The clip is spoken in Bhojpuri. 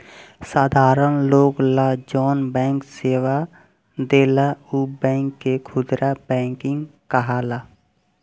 साधारण लोग ला जौन बैंक सेवा देला उ बैंक के खुदरा बैंकिंग कहाला